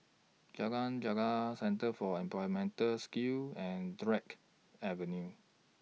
Jalan Gelegar Centre For Employability Skills and Drake Avenue